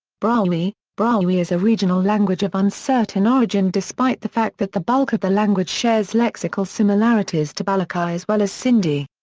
brahui brahui is a regional language of uncertain origin despite the fact that the bulk of the language shares lexical similarities to balochi as well as sindhi.